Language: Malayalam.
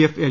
F L